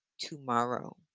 tomorrow